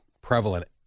prevalent